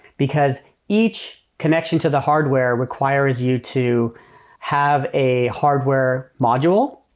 because each connection to the hardware requires you to have a hardware module.